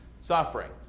suffering